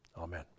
Amen